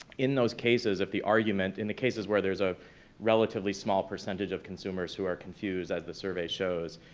in those cases, if the argument, in the cases where there's a relatively small percentage of consumers who are confused as the survey shows,